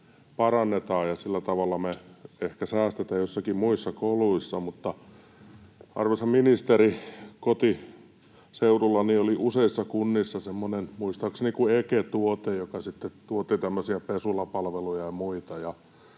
parannetaan ja sillä tavalla me ehkä säästetään joissakin muissa kuluissa. Arvoisa ministeri, kotiseudullani oli useissa kunnissa semmoinen kuin EKE-tuote, muistaakseni, joka sitten tuotti tämmöisiä pesulapalveluja ja muita,